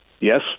yes